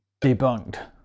debunked